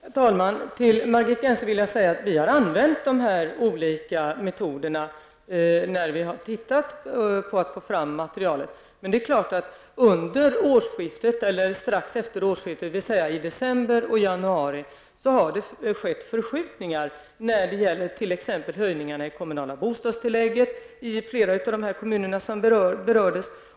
Herr talman! Till Margit Gennser vill jag säga att vi har använt de metoder som hon förespråkar för att få fram materialet. Före och strax efter årsskiftet, i december och i januari, har det skett förskjutningar, t.ex. höjningar av de kommunala bostadstilläggen, i flera av de kommuner som berörts.